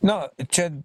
na čia